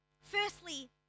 Firstly